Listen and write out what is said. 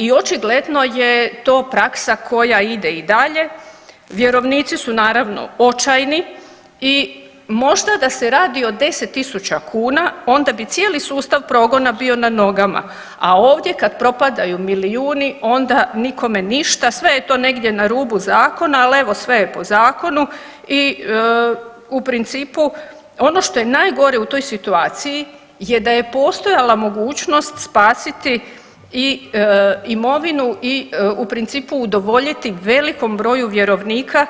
I očigledno je to praksa koja ide i dalje, vjerovnici su naravno očajni i možda da se radi o 10.000 kuna onda bi cijeli sustav progona bio na nogama, a ovdje kad propadaju milijuni onda nikome ništa, sve je to negdje na rubu zakona, ali evo sve je po zakonu i u principu ono što je najgore u toj situaciji je da je postojala mogućnost spasiti i imovinu i u principu udovoljiti velikom broju vjerovnika